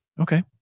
okay